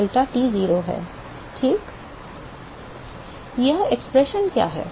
यह अभिव्यक्ति क्या है